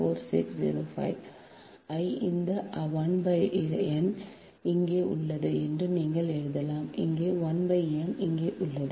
4605 I இந்த 1n இங்கே உள்ளது என்று நீங்கள் எழுதலாம் இங்கே 1 m இங்கே உள்ளது